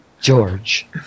George